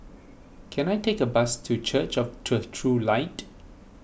can I take a bus to Church of the True Light